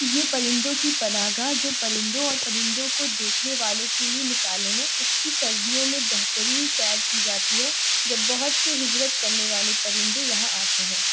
یہ پرندوں کی پناہ گاہ جو پرندوں اور پرندوں کو دیکھنے والوں کے لیے مثالیں ہیں اس کی سردیوں میں بہترین سیر کی جاتی ہے جب بہت سے ہجرت کرنے والے پرندے یہاں آتے ہیں